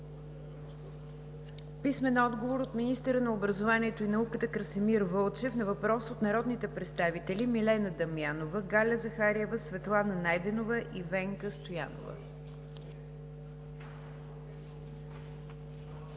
Христо Грудев; - министъра на образованието и науката Красимир Вълчев на въпрос от народните представители Милена Дамянова, Галя Захариева, Светлана Найденова и Венка Стоянова.